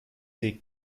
sie